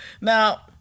Now